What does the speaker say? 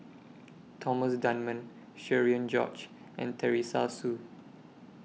Thomas Dunman Cherian George and Teresa Hsu